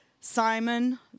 Simon